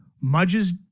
Mudge's